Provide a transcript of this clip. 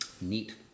Neat